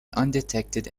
undetected